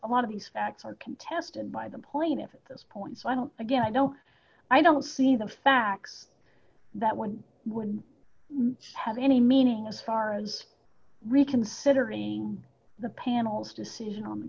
a lot of these facts are contested by the point of this point so i don't again i don't i don't see the facts that one would have any meaning as far as reconsidering the panel's decision on the